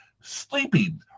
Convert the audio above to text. sleeping